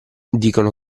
dicono